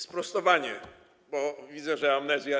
Sprostowanie, bo widzę, że jest amnezja.